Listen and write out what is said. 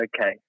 Okay